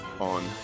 on